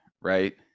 right